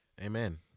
Amen